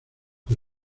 que